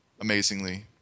amazingly